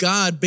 God